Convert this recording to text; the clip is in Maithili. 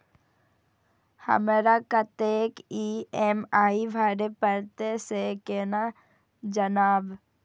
हमरा कतेक ई.एम.आई भरें परतें से केना जानब?